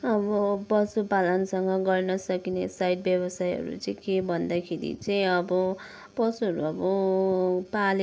अब पशुपालनसँग गर्न सकिने साइड व्यवसायहरू चाहिँ के भन्दाखेरि चाहिँ अब पशुहरू अब पालेको छ